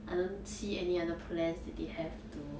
I don't see any other plans that they have to